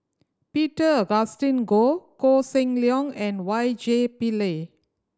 Peter Augustine Goh Koh Seng Leong and Y J Pillay